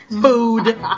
Food